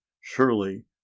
surely